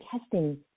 testing